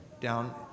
down